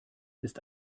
ist